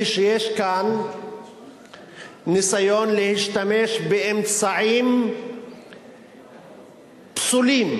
שיש כאן ניסיון להשתמש באמצעים פסולים,